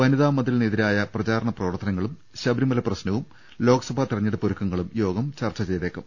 വനിതാ മതിലിന് എതിരായ പ്രചാരണ പ്രവർത്തനങ്ങളും ശബരിമല പ്രശ്നവും ലോക്സഭാ തെരഞ്ഞെടുപ്പ് ഒരുക്കങ്ങളും യോഗം ചർച്ച ചെയ്തേക്കും